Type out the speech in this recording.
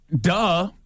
Duh